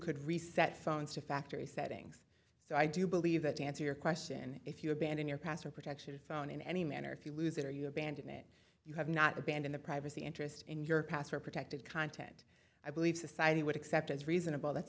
could reset phones to factory settings so i do believe that to answer your question if you abandon your password protected phone in any manner if you lose it or you abandon it you have not abandon the privacy interest in your password protected content i believe society would accept as reasonable that